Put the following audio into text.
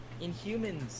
Inhumans